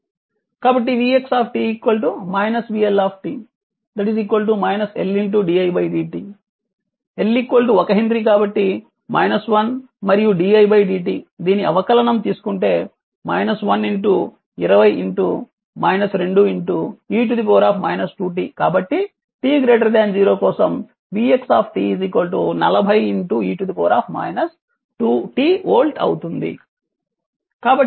కాబట్టి vx vL L di d t L 1 henry కాబట్టి 1 మరియు didt దీని అవకలనం తీసుకుంటే e 2 t కాబట్టి t 0 కోసం vx 40 e 2 t వోల్ట్ అవుతుంది